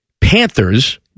Panthers